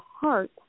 heart